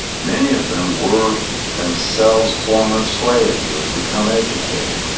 many of them were themselves former slaves who had become educated.